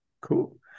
cool